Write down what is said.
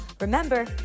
Remember